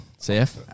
CF